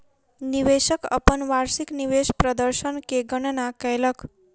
निवेशक अपन वार्षिक निवेश प्रदर्शन के गणना कयलक